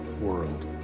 world